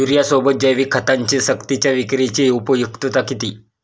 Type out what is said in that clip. युरियासोबत जैविक खतांची सक्तीच्या विक्रीची उपयुक्तता किती?